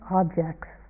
objects